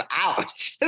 out